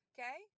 Okay